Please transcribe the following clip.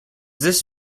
this